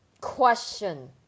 question